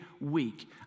week